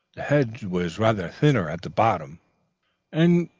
the hedge was rather thinner at the bottom and,